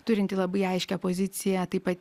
turinti labai aiškią poziciją taip pat